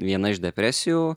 viena iš depresijų